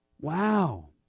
Wow